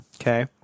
Okay